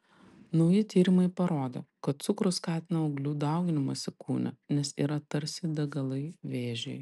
nauji tyrimai parodė kad cukrus skatina auglių dauginimąsi kūne nes yra tarsi degalai vėžiui